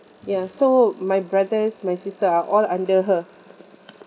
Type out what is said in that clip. ya so my brothers my sister are all under her